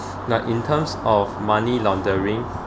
now in terms of money laundering